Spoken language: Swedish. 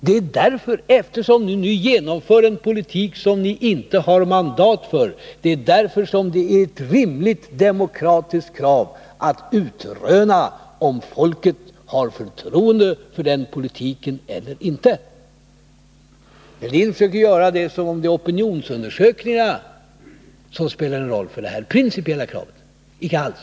Det är därför — eftersom ni nu genomför en politik som ni inte har mandat för —som det är ett rimligt demokratiskt krav att utröna om folket har förtroende för den politiken eller inte. Thorbjörn Fälldin försöker göra det till att det är opinionsundersökningarna som spelar en roll för det här principiella kravet. Inte alls!